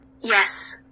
Yes